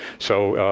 so,